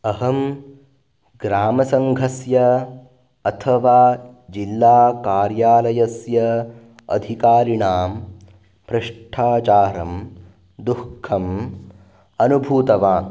अहं ग्रामसङ्घस्य अथवा जिल्लाकार्यालयस्य अधिकारिणां भ्रष्टाचारं दुःखम् अनुभूतवान्